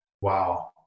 Wow